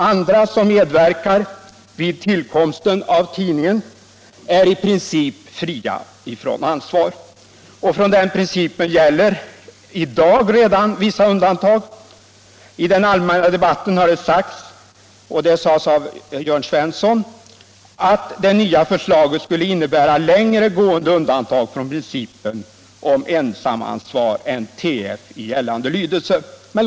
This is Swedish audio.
Andra som medverkar vid tillkomsten av tidningen är i princip fria från ansvar. Från den principen gäller redan i dag vissa undantag. I den allmänna debatten har det sagts — och det sades av Jörn Svensson — att det nya förslaget skulle innebära längre gående undantag från principen om ensamansvar än TF i gällande lydelse.